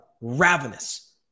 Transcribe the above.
ravenous